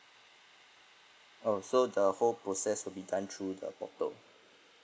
oh so the whole process will be done through the portal